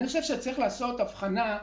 אני חושב שצריך לעשות הבחנה,